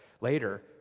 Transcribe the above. later